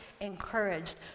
encouraged